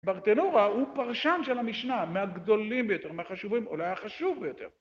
ברטנורה הוא פרשן של המשנה מהגדולים ביותר, מהחשובים, אולי החשוב ביותר.